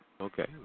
Okay